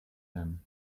him